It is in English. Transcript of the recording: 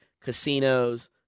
Casinos